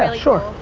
um sure.